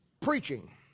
preaching